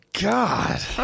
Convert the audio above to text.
God